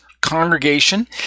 Congregation